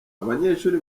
abanyeshuri